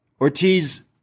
Ortiz